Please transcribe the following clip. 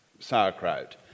Sauerkraut